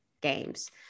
games